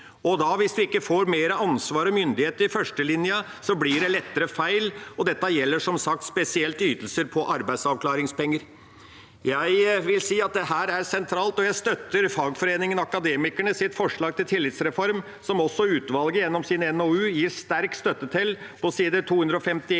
Hvis en ikke får mer ansvar og myndighet i førstelinja, blir det lettere feil, og dette gjelder som sagt spesielt ytelser som arbeidsavklaringspenger. Jeg vil si at dette er sentralt, og jeg støtter fagforeningen Akademikernes forslag til tillitsreform, som også utvalget gjennom sin NOU gir sterk støtte til på side 251–